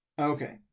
Okay